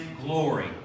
glory